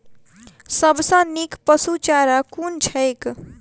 सबसँ नीक पशुचारा कुन छैक?